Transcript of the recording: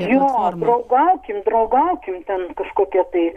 jo draugaukim draugaukim ten kažkokie tai